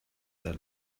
that